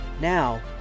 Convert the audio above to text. Now